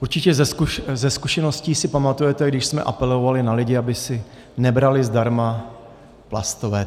Určitě si ze zkušeností pamatujete, když jsme apelovali na lidi, aby si nebrali zdarma plastové tašky.